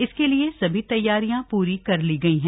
इसके लिए सभी तैयारियां पूरी कर ली गई हैं